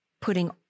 putting